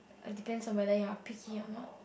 depends on whether you are picky or not